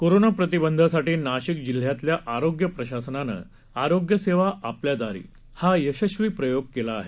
corona प्रतिबंधासाठी नाशिक जिल्ह्यातल्या आरोग्य प्रशासनाने आरोग्य सेवा आपल्या दारी हा यशस्वी प्रयोग केला आहे